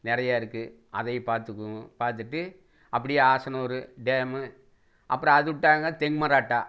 நிறையா இருக்குது அதை பார்த்துக்குவோம் பார்த்துட்டு அப்படியே ஆசனூரு டேம் அப்புறம் அதுவிட்டாக்க தென்மராட்டா